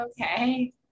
okay